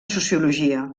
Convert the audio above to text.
sociologia